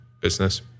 business